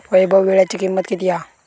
वैभव वीळ्याची किंमत किती हा?